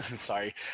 sorry